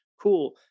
Cool